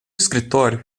escritório